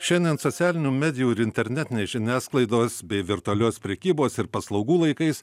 šiandien socialinių medijų ir internetinės žiniasklaidos bei virtualios prekybos ir paslaugų laikais